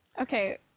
Okay